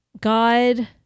God